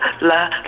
la